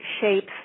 shapes